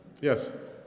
Yes